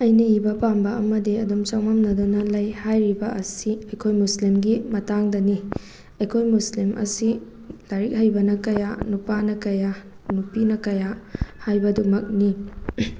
ꯑꯩꯅ ꯏꯕ ꯄꯥꯝꯕ ꯑꯃꯗꯤ ꯑꯗꯨꯝ ꯆꯃꯝꯅꯗꯨꯅ ꯂꯩ ꯍꯥꯏꯔꯤꯕ ꯑꯁꯤ ꯑꯩꯈꯣꯏ ꯃꯨꯁꯂꯤꯝꯒꯤ ꯃꯇꯥꯡꯗꯅꯤ ꯑꯩꯈꯣꯏ ꯃꯨꯁꯂꯤꯝ ꯑꯁꯤ ꯂꯥꯏꯔꯤꯛ ꯍꯩꯕꯅ ꯀꯌꯥ ꯅꯨꯄꯥꯅ ꯀꯌꯥ ꯅꯨꯄꯤꯅ ꯀꯌꯥ ꯍꯥꯏꯕꯗꯨꯃꯛꯅꯤ